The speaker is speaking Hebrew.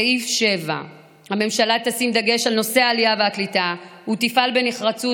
סעיף 7: "הממשלה תשים דגש על נושא העלייה והקליטה ותפעל בנחרצות